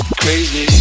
crazy